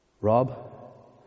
Rob